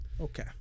Okay